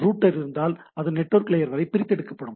router இருந்தால் அது network layer வரை பிரித்தெடுக்கப்படும்